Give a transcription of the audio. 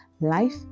life